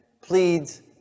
pleads